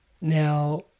Now